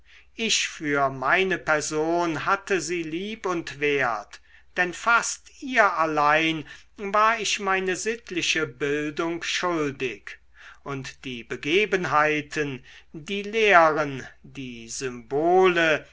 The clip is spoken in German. ich für meine person hatte sie lieb und wert denn fast ihr allein war ich meine sittliche bildung schuldig und die begebenheiten die lehren die symbole